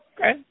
Okay